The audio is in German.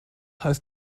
heißt